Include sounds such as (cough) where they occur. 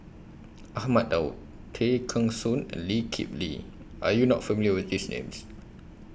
(noise) Ahmad Daud Tay Kheng Soon and Lee Kip Lee Are YOU not familiar with These Names